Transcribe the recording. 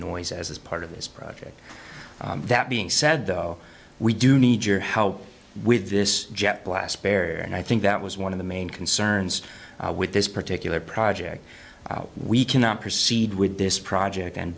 noise as part of this project that being said though we do need your how with this jet blast barrier and i think that was one of the main concerns with this particular project we cannot proceed with this project and